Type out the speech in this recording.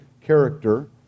character